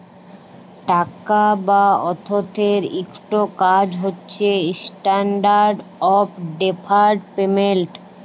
টাকা বা অথ্থের ইকট কাজ হছে ইস্ট্যান্ডার্ড অফ ডেফার্ড পেমেল্ট